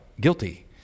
guilty